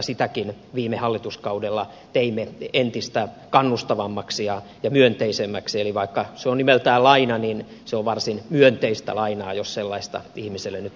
sitäkin viime hallituskaudella teimme entistä kannustavammaksi ja myönteisemmäksi eli vaikka se on nimeltään laina niin se on varsin myönteistä lainaa jos sellaista ihmiselle nyt yleensä voi olla